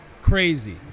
crazy